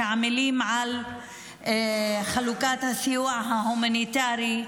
שעמלים על חלוקת הסיוע ההומניטרי,